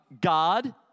God